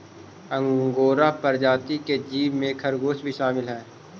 angora प्रजाति के जीव में खरगोश भी शामिल हई